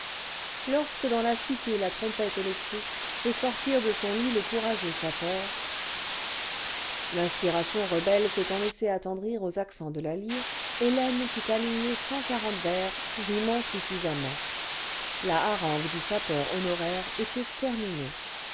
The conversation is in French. lorsque dans la cité la trompette électrique fait sortir de son lit le courageux sapeur examens du conservatoire politique l'inspiration rebelle s'étant laissé attendrir aux accents de la lyre hélène put aligner cent quarante vers rimant suffisamment la harangue du sapeur honoraire était terminée